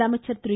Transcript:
முதலமைச்சர் திரு